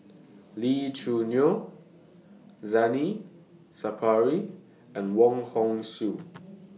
Lee Choo Neo Sapari and Wong Hong Suen